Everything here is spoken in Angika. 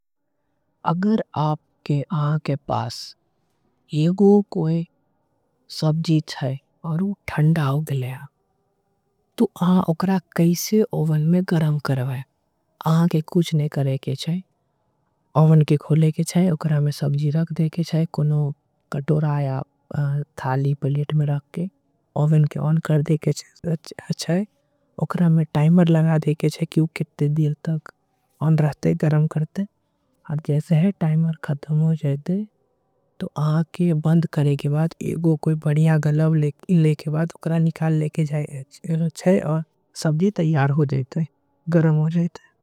अगर आपके आँगे पास एगो कोई सबजी चाहे और उठन्ड आँगे लेया। तो आँगे उकरा कैसे ओवन में गरम करवा है आँखे कुछने करेके छै। ओवन के खो लेके छै उकरा में सबजी रक देखे छै कुणो कटोरा आया। ठाली पिलीट में रखके ओवन के ओन कर देके छै। उकरा में टाइमर लगा देके छै क्यों किटने दिल तक और रहते गरम। करते हैं और ज़यसे है टाइमर ख़दम हो जाएथे तो आनके बन्द करेंके। बाद कोई बड़िया गलव लेके बाद उक्रा निकाल। लेके जाये और चहे और सबजी तईयार हो जायते हैं गरम हो जायते हैं।